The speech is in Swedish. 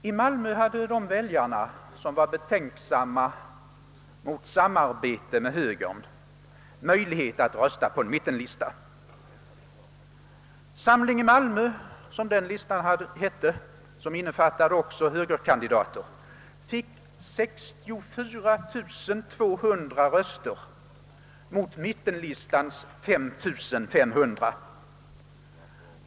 I Malmö hade de väljare som var betänksamma mot samarbete med högern möjlighet att rösta på en mittenlista. »Samling i Malmö», som den listan hette vilken också innefattade högerkandidater, fick 64 200 röster mot mittenlistans 35 500.